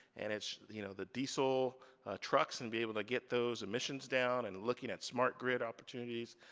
and it's, you know the diesel trucks and be able to get those emissions down, and looking at smart grid opportunities,